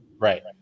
Right